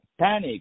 Panic